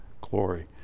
glory